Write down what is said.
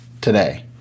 today